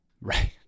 Right